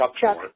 Chuck